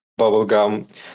bubblegum